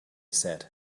said